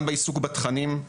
גם בעיסוק בתכנים,